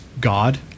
God